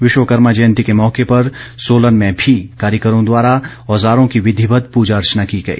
विश्वकर्मा जयंती के मौके पर सोलन में भी कारीगरों द्वारा औज़ारों की विधिवत पूर्जा अर्चना की गई